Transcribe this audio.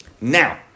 now